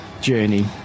journey